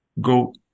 go